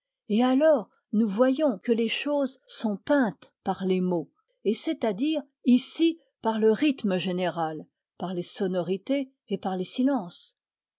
et alors nous voyons que les choses sont peintes par les mots et c'est-à-dire ici par le rythme général par les sonorités et par les silences